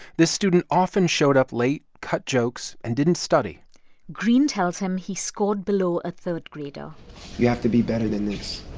this student often showed up late, cut jokes and didn't study greene tells him he scored below a third grader you have to be better than this.